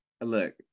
Look